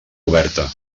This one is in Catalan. oberta